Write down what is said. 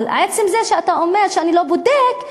אבל עצם זה שאתה אומר שאתה לא בודק,